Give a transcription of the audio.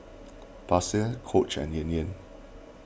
Pasar Coach and Yan Yan